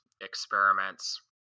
experiments